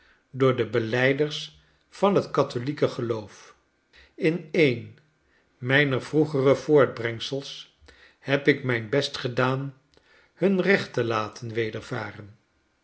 door de belijders van het katholiek geloof in een mijner vroegere voortbrengsels heb ik mijn best ge'daan hun recht te laten wedervaren